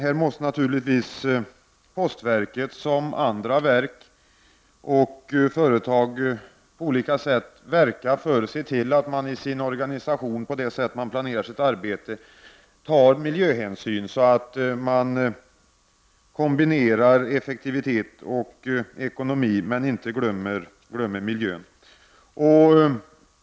Här måste postverket naturligtvis, som andra verk och företag, på olika sätt verka för och se till att man i sin organisation, på det sätt som man planerar sitt arbete, tar miljöhänsyn, så att man kombinerar effektivitet och ekonomi men inte glömmer miljön.